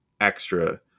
extra